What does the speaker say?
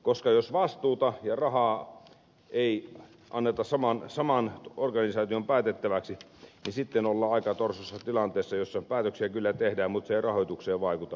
jos vastuuta ja rahaa ei anneta saman organisaation päätettäväksi niin sitten ollaan aika torsossa tilanteessa jossa päätöksiä kyllä tehdään mutta se ei rahoitukseen vaikuta